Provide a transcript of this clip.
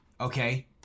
Okay